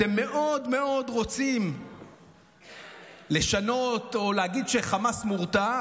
אתם מאוד מאוד רוצים לשנות או להגיד שחמאס מורתע,